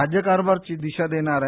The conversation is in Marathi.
राज्यकारभाराची दिशा देणारा आहे